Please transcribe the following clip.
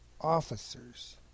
officers